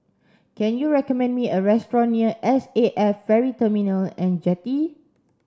can you recommend me a restaurant near S A F Ferry Terminal and Jetty